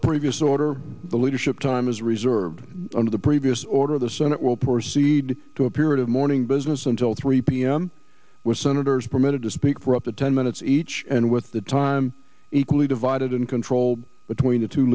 the previous order the leadership time is reserved under the previous order the senate will proceed to a period of morning business until three pm with senators permitted to speak for up to ten minutes each and with the time equally divided in control between the two